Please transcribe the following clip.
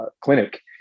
clinic